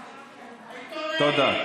תודה.